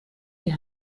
die